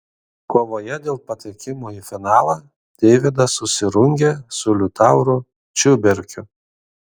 kovoje dėl patekimo į finalą deividas susirungė su liutauru čiuberkiu